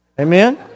Amen